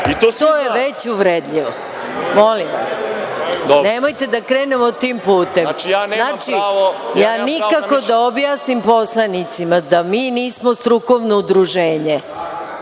To je sada već uvredljivo. Molim vas. Nemojte da krenemo tim putem. Znači, ja nikako da objasnim poslanicima da mi nismo strukovno udruženje.